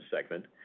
segment